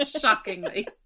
Shockingly